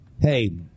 Hey